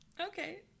Okay